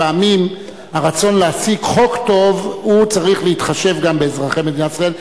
לפעמים הרצון להשיג חוק טוב צריך להתחשב גם באזרחי מדינת ישראל.